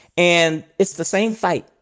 and it's the same fight.